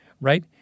right